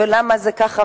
ולמה זה ככה,